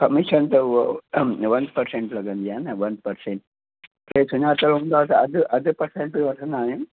commission त उहो one percent लॻंदी आहे न वन परसेंट केरु सुञातलु हूंदो आहे त अधि अधि परसेंट बि वठंदा आहियूं